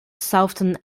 southern